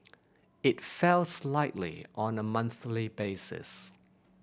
it fell slightly on a monthly basis